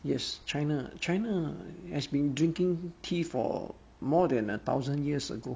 yes china china has been drinking tea for more than a thousand years ago